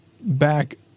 back